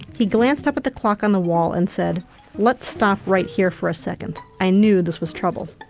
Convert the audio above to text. he glanced up at the clock on the wall and said let's stop right here for a second. i knew this was trouble.